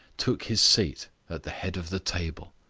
took his seat at the head of the table.